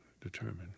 determined